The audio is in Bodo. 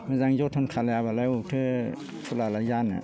मोजाङै जोथोन खालायाबालाय बबावथो फुलआलाय जानो